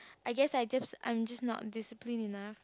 I guess I just I'm just not discipline enough